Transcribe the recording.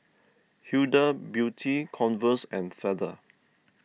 Huda Beauty Converse and Feather